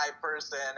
person